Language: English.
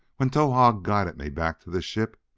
when towahg guided me back to the ship,